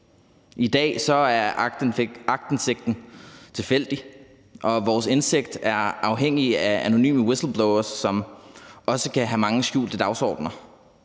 I dag er aktindsigten tilfældig, og vores indsigt er afhængig af anonyme whistleblowere, som også kan have mange skjulte dagsordener.